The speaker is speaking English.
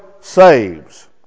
saves